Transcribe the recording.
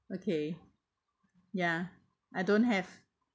okay ya I don't have